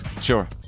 Sure